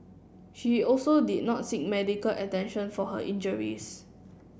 she also did not seek medical attention for her injuries